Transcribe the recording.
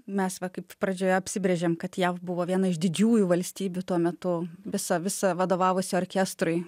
mes va kaip pradžioje apsibrėžėm kad jav buvo viena iš didžiųjų valstybių tuo metu visa visa vadovavusi orkestrui